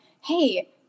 hey